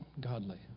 godly